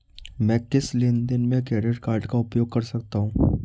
मैं किस लेनदेन में क्रेडिट कार्ड का उपयोग कर सकता हूं?